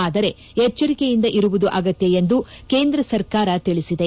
ಆದರೆ ಎಚ್ಗರಿಕೆಯಿಂದ ಇರುವುದು ಅಗತ್ತ ಎಂದು ಕೇಂದ್ರ ಸರ್ಕಾರ ತಿಳಿಸಿದೆ